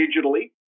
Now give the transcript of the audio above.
digitally